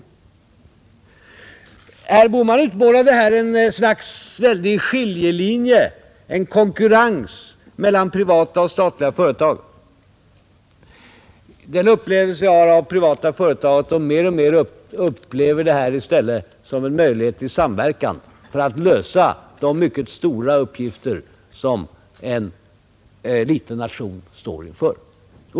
Herr Bohman utmålade ett slags väldig skiljelinje, en konkurrens mellan privata och statliga företag. Den upplevelse jag har av privata företag är att de mer och mer i stället uppfattar det som en möjlighet till samverkan för att lösa de mycket stora uppgifter som en liten nation står inför.